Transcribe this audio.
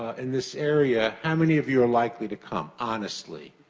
ah in this area, how many of you are likely to come? honestly.